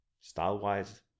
style-wise